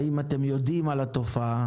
האם אתם יודעים על התופעה?